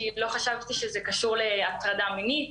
כי לא חשבתי שזה קשור להטרדה מינית,